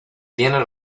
tiene